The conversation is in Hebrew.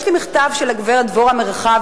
יש לי מכתב של הגברת דבורה מרחבי,